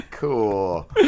Cool